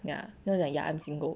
ya then 我讲 ya I'm single